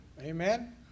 Amen